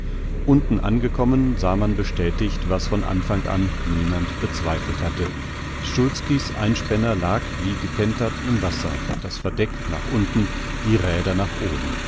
unten angekommen sah man bestätigt was von anfang an niemand bezweifelt hatte szulski's einspänner lag wie gekentert im wasser das verdeck nach unten die räder nach oben